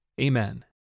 Amen